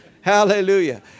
Hallelujah